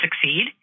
succeed